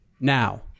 now